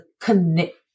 connect